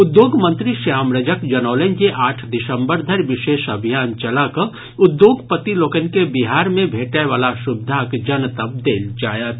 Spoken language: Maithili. उद्योग मंत्री श्याम रजक जनौलनि जे आठ दिसम्बर धरि विशेष अभियान चला कऽ उद्योगपति लोकनि के बिहार मे भेटय वला सुविधाक जनतब देल जायत